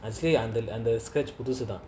I say under under scratch produce lah